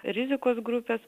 rizikos grupės